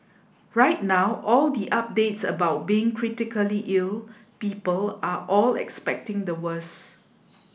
right now all the updates about being critically ill people are all expecting the worse